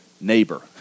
neighbor